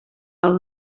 del